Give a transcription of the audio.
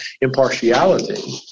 impartiality